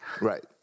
Right